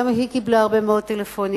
גם היא קיבלה הרבה מאוד טלפונים,